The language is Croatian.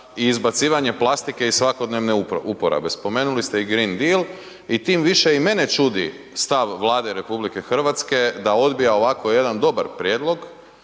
i izbacivanje plastike iz svakodnevne uporabe, spomenuli ste i green deal i tim više i mene čudi stav Vlade RH da odbija ovako jedan dobar prijedlog